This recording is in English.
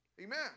Amen